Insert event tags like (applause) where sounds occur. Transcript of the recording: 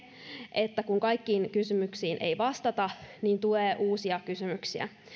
että kun kaikkiin kysymyksiin ei vastata niin tulee uusia kysymyksiä (unintelligible)